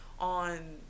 on